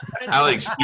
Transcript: Alex